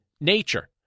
nature